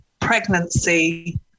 pregnancy